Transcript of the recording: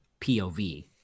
POV